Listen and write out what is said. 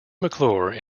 mcclure